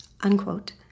unquote